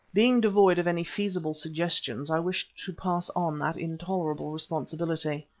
being devoid of any feasible suggestions, i wished to pass on that intolerable responsibility.